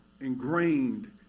ingrained